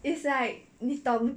it's like 你懂